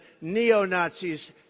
neo-Nazis